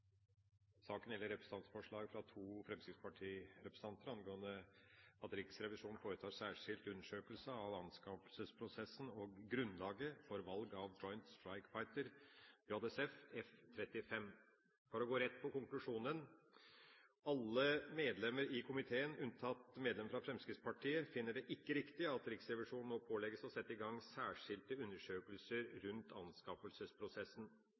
Saken gjelder representantforslag fra to fremskrittspartirepresentanter angående at Riksrevisjonen foretar særskilt undersøkelse av anskaffelsesprosessen og grunnlaget for valg av Joint Strike Fighter, JSF, F-35. For å gå rett på konklusjonen: Alle partiene i komiteen, unntatt Fremskrittspartiet, finner det ikke riktig at Riksrevisjonen nå pålegges å sette i gang særskilte undersøkelser rundt anskaffelsesprosessen.